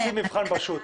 תעשי מבחן פשוט.